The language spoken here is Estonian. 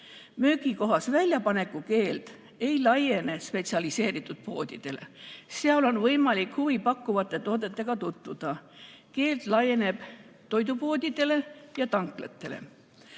Müügikohas väljapaneku keeld ei laiene spetsialiseeritud poodidele, seal on võimalik huvipakkuvate toodetega tutvuda. Keeld laieneb toidupoodidele ja tanklatele.